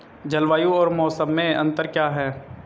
जलवायु और मौसम में अंतर क्या है?